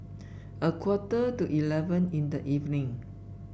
a quarter to eleven in the evening